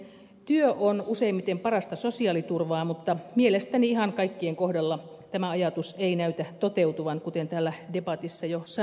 työ on useimmiten parasta sosiaaliturvaa mutta mielestäni ihan kaikkien kohdalla tämä ajatus ei näytä toteutuvan kuten täällä debatissa jo sanoinkin